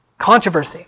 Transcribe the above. controversy